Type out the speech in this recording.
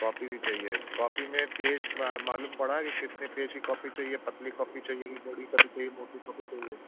copy भी चाहिए copy में पेज़ मा मालूम पड़ा कि कितने पेज की कॉपी चाहिए पतली कॉपी चाहिए कि बड़ी कॉपी चाहिए मोटी कॉपी चाहिए